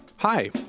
Hi